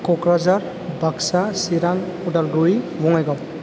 Kokrajhar Baksa Chirang Udalguri Bongaigaon